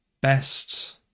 best